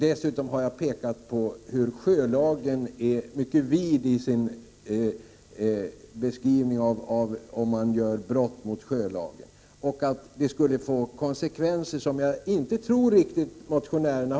Dessutom har jag också pekat på att sjölagen är mycket, skulle jag vilja säga, vid när det gäller brott mot denna. Åtgärder här skulle få konsekvenser som motionärerna nog inte riktigt har tänkt sig.